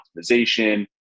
optimization